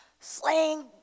slaying